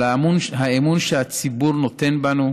על האמון שהציבור נותן בנו,